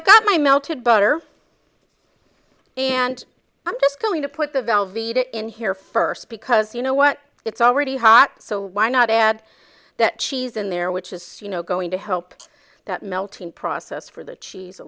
i've got my melted butter and i'm just going to put the velveeta in here first because you know what it's already hot so why not add that cheese in there which is you know going to help that melting process for the cheese a